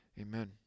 amen